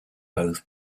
both